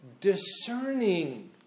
discerning